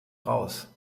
raus